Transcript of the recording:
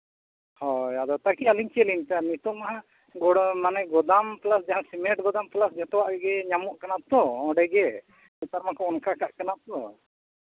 ᱦᱳᱭ ᱛᱟ ᱠᱤ ᱟᱹᱞᱤᱧ ᱪᱮᱫ ᱞᱮᱠᱟ ᱱᱤᱛᱚᱜ ᱢᱟ ᱦᱟᱸᱜ ᱜᱚᱲᱚ ᱢᱟᱱᱮ ᱜᱩᱫᱟᱢ ᱯᱞᱟᱥ ᱡᱟᱦᱟᱸ ᱥᱤᱢᱮᱱᱴ ᱜᱚᱫᱟᱢ ᱯᱞᱟᱥ ᱡᱚᱛᱚᱣᱟᱜ ᱜᱮ ᱧᱟᱢᱚᱜ ᱠᱟᱱᱟ ᱛᱚ ᱚᱸᱰᱮ ᱜᱮ ᱱᱮᱛᱟᱨ ᱢᱟᱠᱚ ᱚᱱᱠᱟ ᱠᱟᱜ ᱠᱟᱱᱟ ᱛᱚ